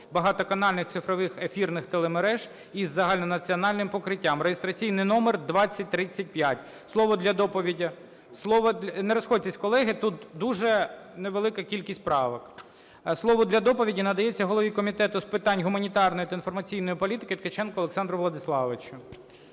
багатоканальних цифрових ефірних телемереж із загальнонаціональним покриттям (реєстраційний номер 2035). Слово для доповіді… Не розходьтесь, колеги, тут дуже невелика кількість правок. Слово для доповіді надається голові Комітету з питань гуманітарної та інформаційної політики Ткаченко Олександру Владиславовичу.